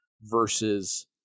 versus